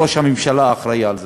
ראש הממשלה אחראי לזה.